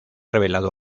revelado